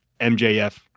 MJF